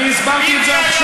אני הסברתי את זה עכשיו.